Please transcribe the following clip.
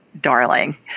darling